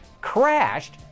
crashed